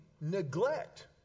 neglect